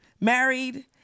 married